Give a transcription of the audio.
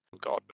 god